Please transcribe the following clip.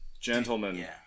gentlemen